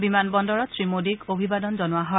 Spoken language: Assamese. বিমান বন্দৰত শ্ৰীমোদীক অভিবাদন জনোৱা হয়